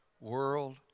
world